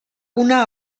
una